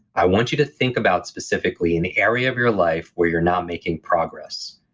i want you to think about specifically in the area of your life where you're not making progress.